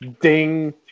Ding